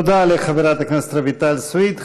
תודה לחברת הכנסת רויטל סויד.